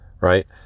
right